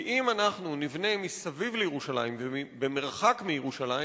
כי אם אנחנו נבנה מסביב לירושלים ובמרחק מירושלים,